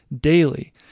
daily